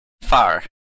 far